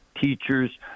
teachers